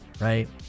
right